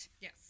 Yes